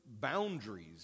boundaries